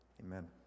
amen